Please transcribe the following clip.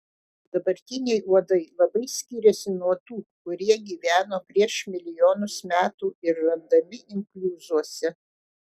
dabartiniai uodai labai skiriasi nuo tų kurie gyveno prieš milijonus metų ir randami inkliuzuose